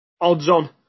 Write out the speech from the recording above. odds-on